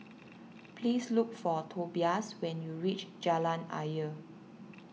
please look for Tobias when you reach Jalan Ayer